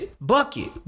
bucket